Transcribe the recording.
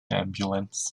ambulance